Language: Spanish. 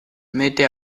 mete